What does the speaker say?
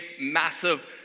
massive